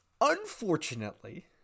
Unfortunately